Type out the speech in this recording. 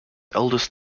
eldest